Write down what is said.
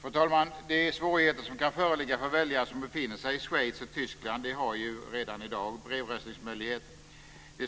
Fru talman! De svårigheter som kan föreligga för väljare som befinner sig i Schweiz och Tyskland - de har ju redan i dag brevröstningsmöjlighet -